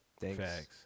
thanks